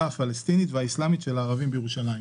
הפלסטינית והאיסלמית של הערבים בירושלים.